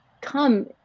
come